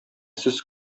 сез